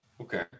Okay